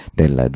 del